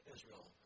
Israel